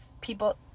people